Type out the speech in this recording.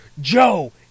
Joe